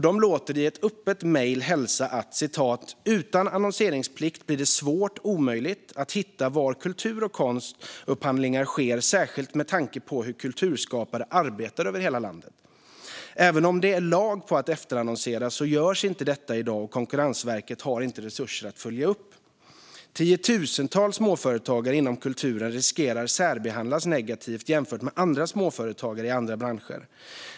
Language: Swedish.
De låter i ett öppet mejl hälsa: Utan annonseringsplikt blir det svårt eller omöjligt att hitta var kultur och konstupphandlingar sker, särskilt med tanke på att kulturskapare arbetar över hela landet. Även om det är lag på att efterannonsera görs inte detta i dag, och Konkurrensverket har inte resurser att följa upp. Tiotusentals småföretagare inom kulturen riskerar att särbehandlas negativt jämfört med andra småföretagare i andra branscher.